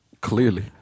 clearly